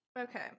Okay